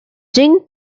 jing